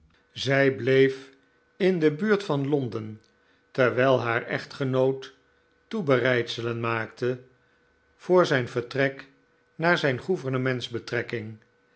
zij bleef in de buurt van londen terwijl haar echtgenoot toebereidselen maakte voor zijn vertrek naar zijn